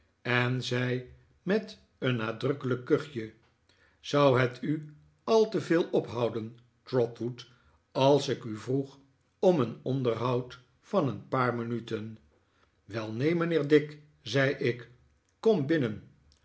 en zei met een nadrukkelijk kuchje zou het u al te veel ophouden trotwood als ik u vroeg om een onderhoud van een paar minuten wel neen mijnheer dick zei ik kom binnen